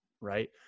right